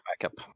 backup